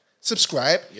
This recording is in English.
subscribe